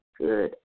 good